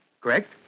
correct